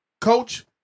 coach